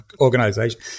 organization